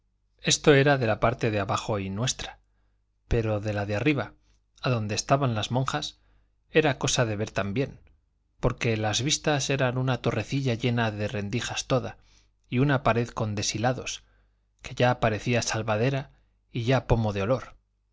esto era de la parte de abajo y nuestra pero de la de arriba adonde estaban las monjas era cosa de ver también porque las vistas era una torrecilla llena de rendijas toda y una pared con deshilados que ya parecía salvadera y ya pomo de olor